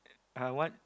uh what